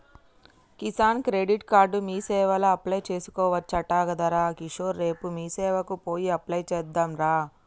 Kisan credit card మీసేవల apply చేసుకోవచ్చట గదరా కిషోర్ రేపు మీసేవకు పోయి అప్లై చెద్దాంరా